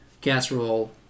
casserole